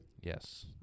yes